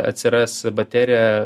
atsiras baterija